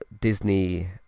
Disney